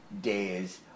days